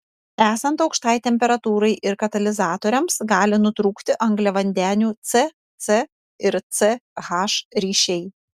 esant aukštai temperatūrai ir katalizatoriams gali nutrūkti angliavandenilių c c ir c h ryšiai